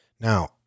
Now